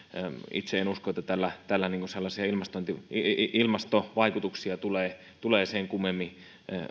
itse en usko että tällä tällä sellaisia ilmastovaikutuksia tulee tulee sen kummemmin